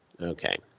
Okay